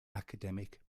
academic